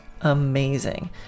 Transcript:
amazing